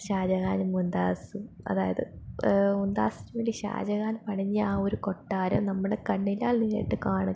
ഷാജഹാനും മുംതാസും അതായത് മുംതാസിനുവേണ്ടി ഷാജഹാൻ പണിഞ്ഞ ആ ഒരു കൊട്ടാരം നമ്മുടെ കണ്ണിനാൽ നേരിട്ടു കാണുക